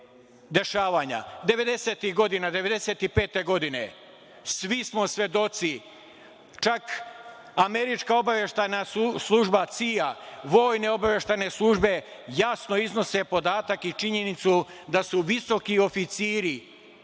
godina, 1995. godine, svi smo svedoci, čak američka obaveštajna služba CIA, vojne obaveštajne službe javno iznose podatak i činjenicu da su visoki oficiri